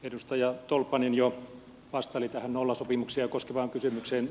edustaja tolppanen jo vastaili tähän nollasopimuksia koskevaan kysymykseen